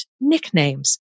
nicknames